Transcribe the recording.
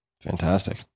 Fantastic